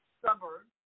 suburbs